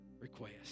request